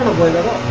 window,